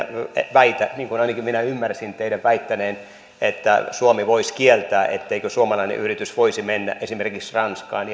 väitä niin kuin ainakin minä ymmärsin teidän väittäneen että suomi voisi kieltää sen että suomalainen yritys voisi mennä esimerkiksi ranskaan